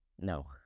No